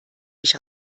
mich